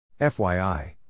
FYI